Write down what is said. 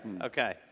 Okay